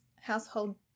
household